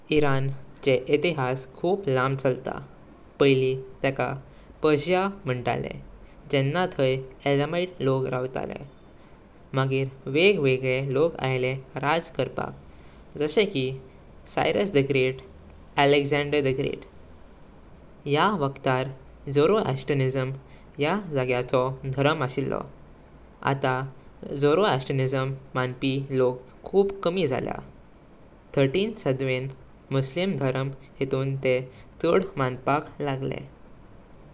Iran चे इतिहासान खूप लांब चालता। पहिली तेका पर्शिया म्हंतले जेन्ना थई एलमाइट लोक रवतले। मगीर वेगवेगळे लोक आले राज करपाक जाशे की Cyrus the great, Alexander the great. याह वक्तार झोराष्ट्रियनिज़म या जाग्या चो धर्म अशिलों। आता झोराष्ट्रियनिज़म मांपी लोक खूप कमी जालेया। तेरावे सावधेन मुस्लिम धर्म हितून ते चाड मांपक लागले।